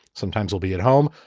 sometimes we'll be at home.